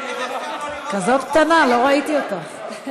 כזאת קטנה, לא ראיתי אותך.